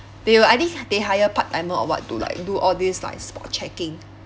they will I think they hire part timer or what to like do all these like spot checking